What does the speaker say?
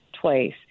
twice